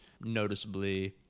noticeably